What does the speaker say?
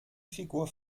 figur